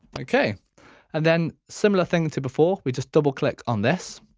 ok and then similar thing to before we just double click on this